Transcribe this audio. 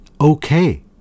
okay